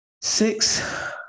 six